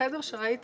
החדר שראית